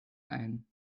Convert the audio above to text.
ein